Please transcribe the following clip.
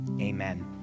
Amen